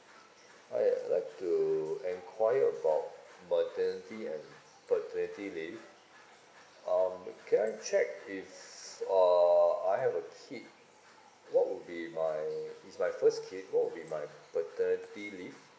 all right I would like to enquire about maternity and paternity leave um can I check if uh I have a kid what would be my it's my first kid what would be my paternity leave